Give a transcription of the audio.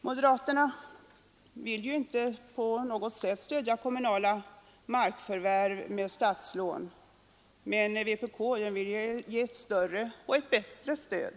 Moderaterna vill inte på något sätt stödja kommunala markförvärv med statslån, medan vpk vill ge ett större och bättre stöd.